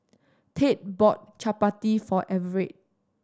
Tate bought Chapati for Everett